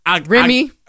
Remy